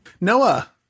noah